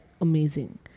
amazing